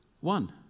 one